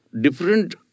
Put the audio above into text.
different